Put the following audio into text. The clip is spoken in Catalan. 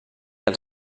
els